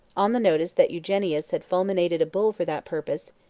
on the notice that eugenius had fulminated a bull for that purpose,